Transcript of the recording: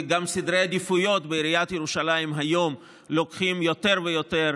וגם בסדרי העדיפויות בעיריית ירושלים היום יותר ויותר